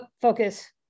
focus